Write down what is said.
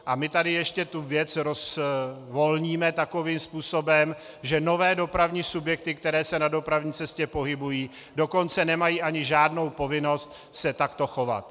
A my tady ještě tu věc rozvolníme takovým způsobem, že nové dopravní subjekty, které se na dopravní cestě pohybují, dokonce nemají ani žádnou povinnost se takto chovat.